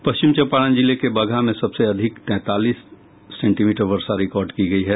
पश्चिम चम्पारण जिले के बगहा में सबसे अधिक तैंतालीस सेंटीमीटर वर्षा रिकॉर्ड की गयी है